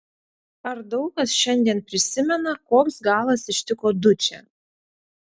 ar daug kas šiandien prisimena koks galas ištiko dučę